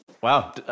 Wow